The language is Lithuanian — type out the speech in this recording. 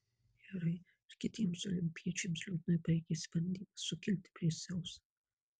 herai ir kitiems olimpiečiams liūdnai baigėsi bandymas sukilti prieš dzeusą